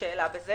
שאלה בזה